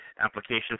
Application